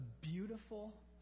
beautiful